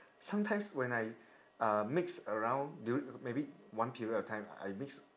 sometimes when I uh mix around dur~ maybe one period of time I mix